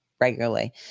regularly